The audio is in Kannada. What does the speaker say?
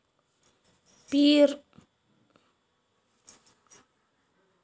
ಪೀರ್ ಟು ಪೀರ್ ಲೆಂಡಿಂಗ್ ಅಂದುರ್ ಆನ್ಲೈನ್ ನಾಗ್ ಸಾಲಾ ಕೊಡ್ತಾರ